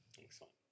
excellent